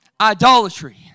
Idolatry